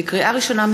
לקריאה ראשונה,